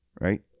Right